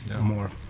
more